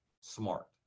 smart